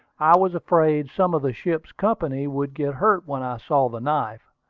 i was afraid some of the ship's company would get hurt when i saw the knife.